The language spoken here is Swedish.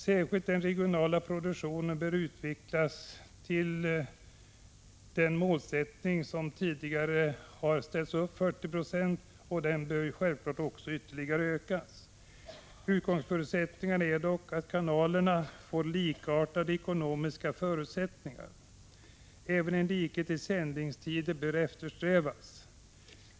Särskilt den regionala produktionen bör utvecklas så att det når upp till de tidigare uppställda 40 procentsmålet, och den bör självfallet också ytterligare ökas. Förutsättningen är dock att kanalerna får likartade ekonomiska förutsättningar. Även en likhet i sändningstider bör eftersträvas.